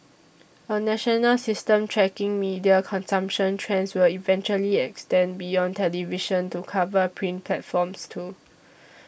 a national system tracking media consumption trends will eventually extend beyond television to cover print platforms too